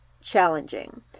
challenging